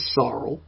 sorrow